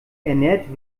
ernährt